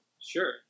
Sure